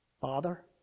father